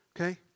okay